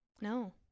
No